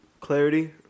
clarity